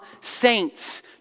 saints